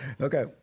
Okay